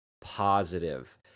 positive